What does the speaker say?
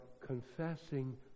confessing